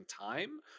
time